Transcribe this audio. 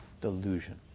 Delusion